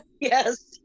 Yes